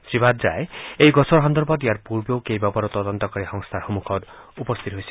শ্ৰীভাদ্ৰাই এই গোচৰ সন্দৰ্ভত ইয়াৰ পূৰ্বেও কেইবাবাৰো তদন্তকাৰী সংস্থাৰ সন্মুখত উপস্থিত হৈছিল